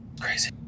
Crazy